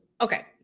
okay